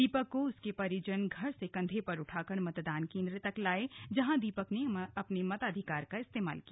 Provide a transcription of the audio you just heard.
दीपक को उसके परिजन घर से कंधे पर उठाकर मतदान केन्द्र लाये जहां दीपक ने अपने मताधिकार का इस्तेमाल किया